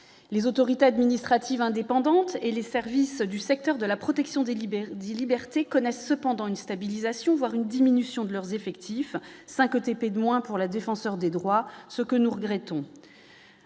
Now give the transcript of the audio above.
les autorités administratives indépendantes et les services du secteur de la protection des libéraux dit liberté connaissent cependant une stabilisation, voire une diminution de leurs effectifs, 5 autres ETP de moins pour la défenseur des droits, ce que nous regrettons